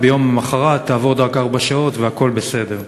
וביום המחרת תעבוד רק ארבע שעות והכול בסדר.